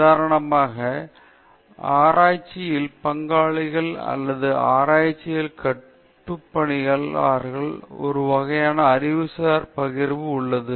உதாரணமாக ஆராய்ச்சியில் பங்காளிகள் அல்லது ஆராய்ச்சியில் கூட்டுப்பணியாளர்களுடன் ஒரு வகையான அறிவுசார் பகிர்வு உள்ளது